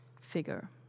figure